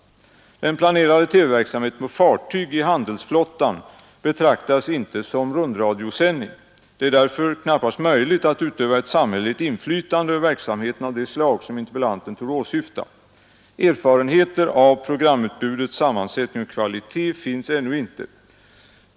Den planerade TV-verksamheten på fartyg i handelsflottan betraktas inte som rundradiosändning. Det är därför knappast möjligt att utöva ett samhälleligt inflytande över verksamheten av det slag som interpellanten torde åsyfta. Erfarenheter av programutbudets sammansättning och kvalitet finns ännu inte.